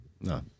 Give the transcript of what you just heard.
No